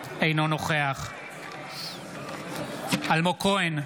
אינו נוכח אלמוג כהן,